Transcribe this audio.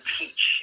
teach